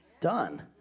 done